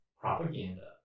propaganda